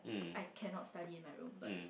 I cannot study in my room but